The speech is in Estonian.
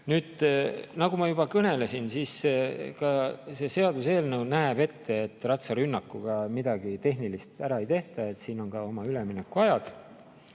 Nüüd, nagu ma juba kõnelesin, see seaduseelnõu näeb ette, et ratsarünnakuga midagi tehnilist ära ei tehta, ka siin on oma üleminekuajad.